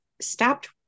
stopped